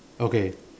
okay